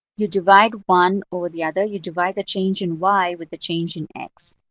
you divide one or the other. you divide the change in y with the change in x,